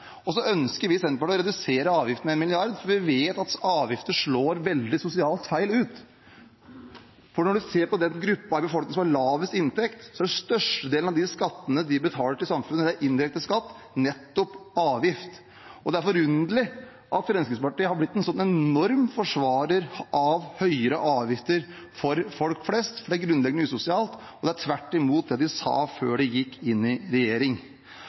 skjedd. Så gjelder det skatt og avgift. Fremskrittspartiet har finansministeren på det tidspunktet i Norge vi har høyest avgifter – faktum. Sånn er det. Vi i Senterpartiet ønsker å redusere avgiftene med 1 mrd. kr, for vi vet at avgifter slår veldig feil ut sosialt. Når man ser på den gruppen i befolkningen som har lavest inntekt, ser man at størstedelen av de skattene de betaler til samfunnet i indirekte skatt, nettopp er avgifter. Det er forunderlig at Fremskrittspartiet har blitt en sånn enorm forsvarer av høyere avgifter for folk flest, for det er grunnleggende usosialt, og det er